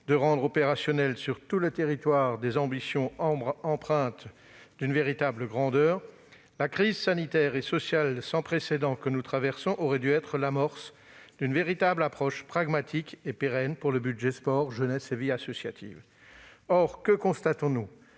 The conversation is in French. de rendre opérationnelles, sur tout le territoire, des ambitions empreintes d'une véritable grandeur, la crise sanitaire et sociale sans précédent que nous traversons aurait dû être l'amorce d'une véritable approche pragmatique et pérenne pour la mission « Sport, jeunesse et vie associative ». Or que constatons-nous ?